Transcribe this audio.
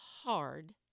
hard